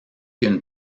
une